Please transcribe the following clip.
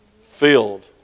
filled